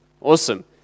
Awesome